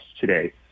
today